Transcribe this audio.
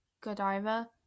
Godiva